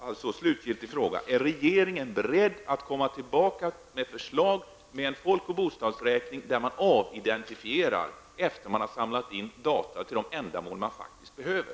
Min slutgiltiga fråga blir: Är regeringen beredd att komma tillbaka med ett förslag om en folk och bostadsräkning, där man avidentifierar uppgifter efter det att man har samlat in de data som behövs för de ändamål som faktiskt finns?